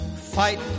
fight